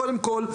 קודם כל,